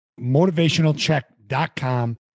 motivationalcheck.com